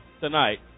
tonight